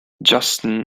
justin